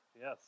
yes